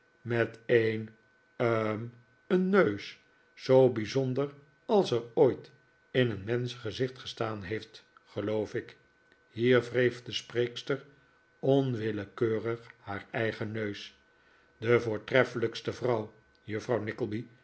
met een hm een neus zoo bijzonder als er ooit in een menschengezicht gestaan heeft geloof ik hier wreef de spreekster onwillekeurig haar eigen neus de voortreffelijkste vrouw juffrouw